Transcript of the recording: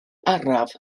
araf